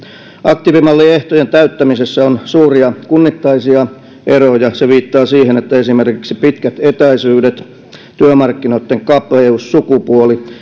aktiivimalliehtojen täyttämisessä on suuria kunnittaisia eroja se viittaa siihen että esimerkiksi pitkät etäisyydet työmarkkinoitten kapeus sukupuoli